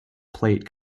plate